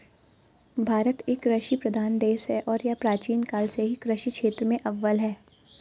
भारत एक कृषि प्रधान देश है और यह प्राचीन काल से ही कृषि क्षेत्र में अव्वल है